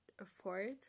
afford